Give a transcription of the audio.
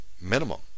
Minimum